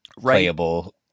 playable